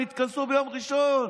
הם התכנסו ביום ראשון.